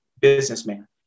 businessman